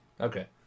Okay